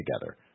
together